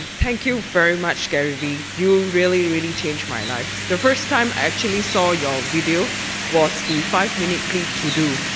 thank you very much, gary vee. you really, really changed my life. the first time i actually saw your video was the five minute plea to do.